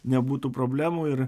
nebūtų problemų ir